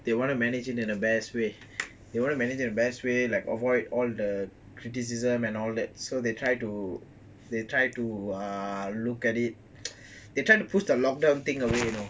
they want to manage it in the best way they want to manage it in the best way like avoid all the criticism and all that so they try to they try to ah look at it they trying to push the lockdown thing away you know